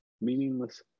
meaningless